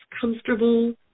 comfortable